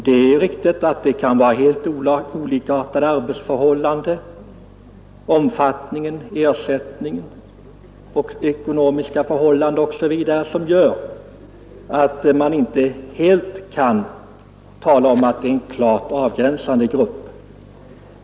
Det är riktigt att det kan vara helt olikartade arbetsförhållanden, skillnader i fråga om omfattningen av arbetet, ersättningen för detta och över huvud taget de ekonomiska förhållandena osv. som gör att man inte helt kan tala om att det är en klart avgränsad grupp.